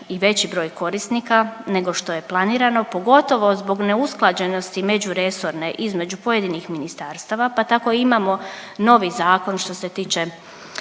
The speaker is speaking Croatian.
i veći broj korisnika nego što je planirano, pogotovo zbog neusklađenosti međuresorne između pojedinih ministarstava pa tako imamo novi zakon što se tiče